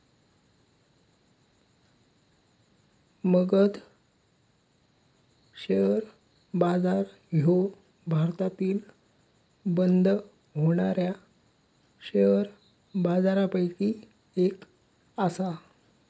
Magadh share बाजार ह्यो भारतातील बंद होणाऱ्या शेअर बाजारपैकी एक आसा